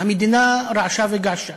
המדינה רעשה וגעשה